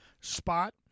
spot